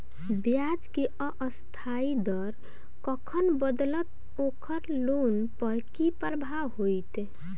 ब्याज केँ अस्थायी दर कखन बदलत ओकर लोन पर की प्रभाव होइत?